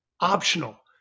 optional